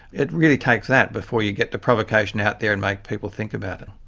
it really takes that before you get the provocation out there and make people think about it.